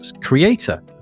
creator